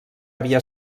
havia